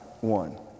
one